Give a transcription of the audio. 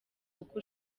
uko